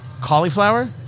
Cauliflower